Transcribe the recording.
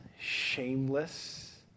shameless